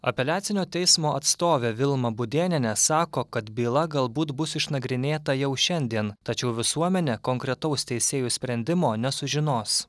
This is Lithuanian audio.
apeliacinio teismo atstovė vilma budėnienė sako kad byla galbūt bus išnagrinėta jau šiandien tačiau visuomenė konkretaus teisėjų sprendimo nesužinos